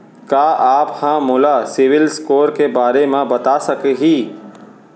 का आप हा मोला सिविल स्कोर के बारे मा बता सकिहा?